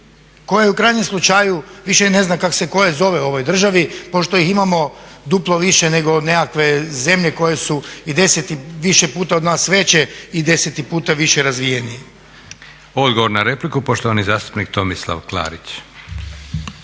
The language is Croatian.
koje u krajnjem slučaju više i ne znam kak se koje zove u ovoj državi pošto ih imamo duplo više nego nekakve zemlje koje su i deset i više puta od nas veće i deset puta više razvijenije. **Leko, Josip (SDP)** Odgovor na repliku, poštovani zastupnik Tomislav Klarić.